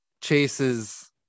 chases